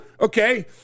Okay